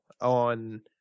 on